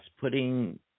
putting